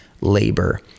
labor